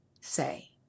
say